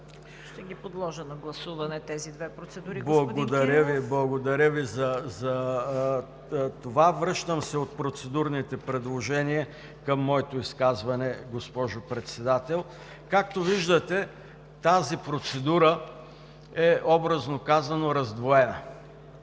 Ще подложа на гласуване тези две процедури, господин Кирилов. ДАНАИЛ КИРИЛОВ: Благодаря Ви за това. Връщам се от процедурните предложения към моето изказване, госпожо Председател. Както виждате, тази процедура е, образно казано, раздвоена.